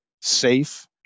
safe